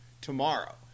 tomorrow